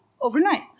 overnight